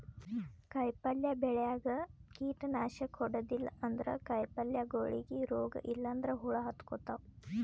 ಕಾಯಿಪಲ್ಯ ಬೆಳ್ಯಾಗ್ ಕೀಟನಾಶಕ್ ಹೊಡದಿಲ್ಲ ಅಂದ್ರ ಕಾಯಿಪಲ್ಯಗೋಳಿಗ್ ರೋಗ್ ಇಲ್ಲಂದ್ರ ಹುಳ ಹತ್ಕೊತಾವ್